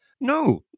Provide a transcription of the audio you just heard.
no